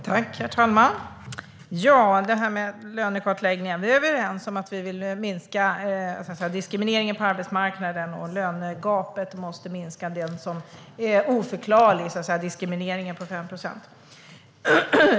Herr talman! När det gäller lönekartläggningar är vi överens om att vi vill minska diskrimineringen på arbetsmarknaden. Lönegapet på 5 procent som är oförklarligt och en diskriminering måste minska.